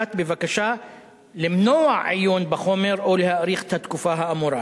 לבית-המשפט בבקשה למנוע עיון בחומר או להאריך את התקופה האמורה.